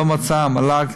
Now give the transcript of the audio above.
לא מצאה המל"ג